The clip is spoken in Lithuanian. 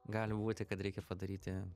gali būti kad reikia padaryti